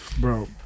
bro